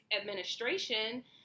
administration